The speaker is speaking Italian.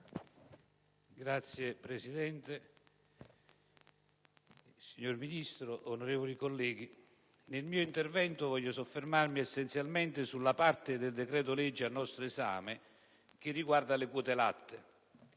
Signor Presidente, signor Ministro, onorevoli colleghi, nel mio intervento voglio soffermarmi essenzialmente sulla parte del decreto-legge al nostro esame che riguarda le quote latte.